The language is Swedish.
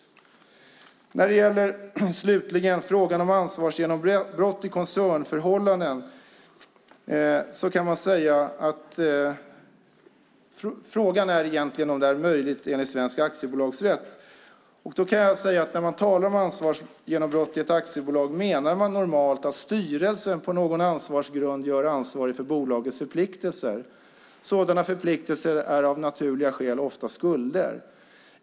Slutligen när det gäller frågan om ansvarsgenombrott i koncernförhållande kan man säga att frågan egentligen är om detta är möjligt enligt svensk aktiebolagsrätt. När man talar om ansvarsgenombrott i ett aktiebolag menar man normalt att styrelsen på någon ansvarsgrund görs ansvarig för bolagets förpliktelser. Sådana förpliktelser är av naturliga skäl ofta skulder.